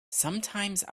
sometimes